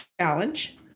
challenge